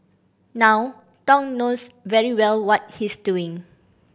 now Thong knows very well what he's doing